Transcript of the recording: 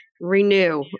renew